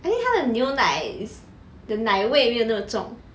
I think 他的牛奶 is the 奶味没有那么重